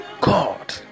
God